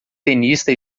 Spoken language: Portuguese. tenista